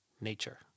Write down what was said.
Nature